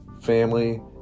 family